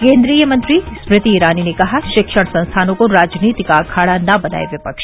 केन्द्रीय मंत्री स्मृति ईरानी ने कहा शिक्षण संस्थानों को राजनीति का अखाड़ा न बनाए विपक्ष